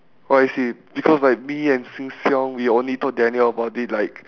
oh I see because like me and seng-siong we only told daniel about it like